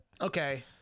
Okay